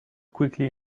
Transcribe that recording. quickly